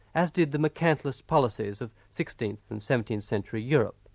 as did the mercantilist policies of sixteenth and seventeenth century europe.